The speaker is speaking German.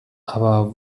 aber